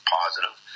positive